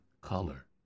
color